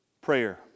prayer